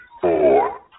four